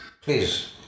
please